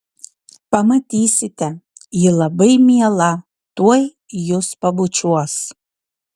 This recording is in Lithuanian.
pamatysite ji labai miela tuoj jus pabučiuos